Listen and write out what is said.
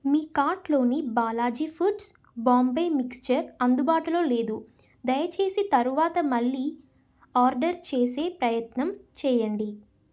మీ కార్ట్లోని Balaji foods Bombay mixture అందుబాటులో లేదు దయచేసి తరువాత మళ్ళీ ఆర్డర్ చేసే ప్రయత్నం చెయ్యండి